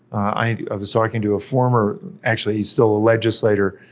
i was talking to a former, actually he's still a legislator,